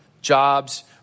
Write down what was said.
Jobs